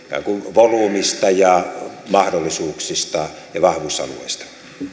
volyymista ja mahdollisuuksista ja vahvuusalueista